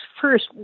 First